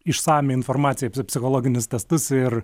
išsamią informaciją apie psichologinius testus ir